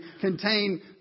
contain